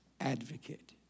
advocate